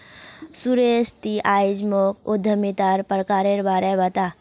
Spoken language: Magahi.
सुरेश ती आइज मोक उद्यमितार प्रकारेर बा र बता